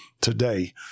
today